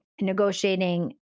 negotiating